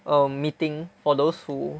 um meeting for those who